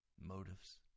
motives